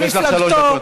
יש לך שלוש דקות,